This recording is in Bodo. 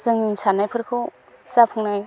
जोंनि सान्नायफोरखौ जाफुंनाय